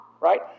right